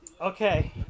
Okay